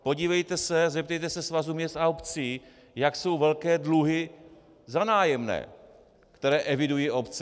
Podívejte se, zeptejte se Svazu měst a obcí, jak jsou velké dluhy za nájemné, které evidují obce.